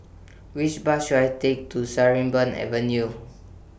Which Bus should I Take to Sarimbun Avenue